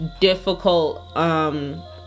difficult